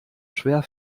schwer